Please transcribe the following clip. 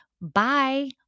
Bye